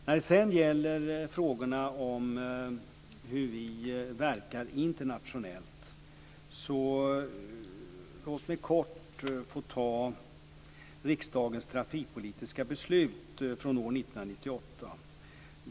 När det sedan gäller frågorna om hur vi verkar internationellt vill jag kort nämna riksdagens trafikpolitiska beslut från år 1998.